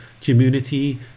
community